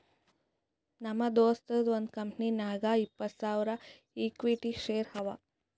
ನಮ್ ದೋಸ್ತದು ಒಂದ್ ಕಂಪನಿನಾಗ್ ಇಪ್ಪತ್ತ್ ಸಾವಿರ ಇಕ್ವಿಟಿ ಶೇರ್ ಅವಾ